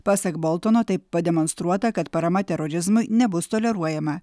pasak boltono taip pademonstruota kad parama terorizmui nebus toleruojama